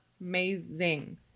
amazing